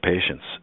patients